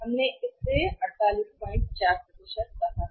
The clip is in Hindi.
हमने इस 484 484 की गणना कैसे की है